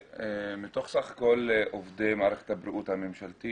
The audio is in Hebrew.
מתוך סך כל עובדי מערכת הבריאות הממשלתית,